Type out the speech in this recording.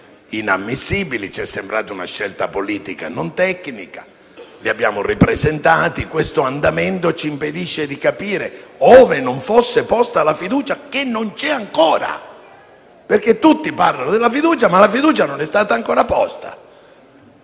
inammissibili: ci è sembrata una scelta politica, non tecnica; li abbiamo ripresentati. Questo andamento ci impedisce di capire, ove non fosse posta la fiducia, che non c'è ancora - tutti parlano della fiducia, ma la fiducia non è stata ancora posta